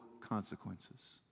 consequences